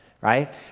right